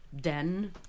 den